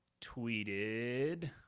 tweeted